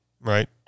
right